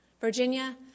Virginia